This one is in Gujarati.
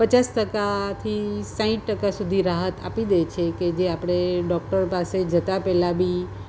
પચાસ ટકાથી સાઠ ટકા સુધી રાહત આપી દેછે કે જે આપણે ડૉક્ટર પાસે જતાં પહેલાં બી